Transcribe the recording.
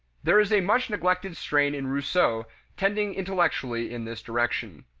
there is a much neglected strain in rousseau tending intellectually in this direction.